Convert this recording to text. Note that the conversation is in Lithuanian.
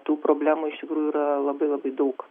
tų problemų iš tikrųjų yra labai labai daug